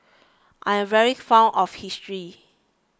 I'm very fond of history